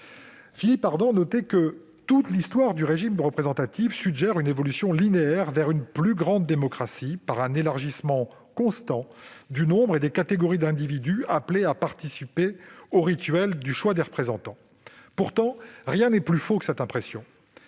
Philippe Ardant notait que « toute l'histoire du régime représentatif suggère une évolution linéaire vers une plus grande démocratie par un élargissement constant du nombre et des catégories d'individus appelés à participer au rituel du choix des représentants ». Pourtant, rien n'est plus faux que cette impression.